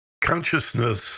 Consciousness